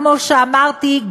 כמו שאמרתי,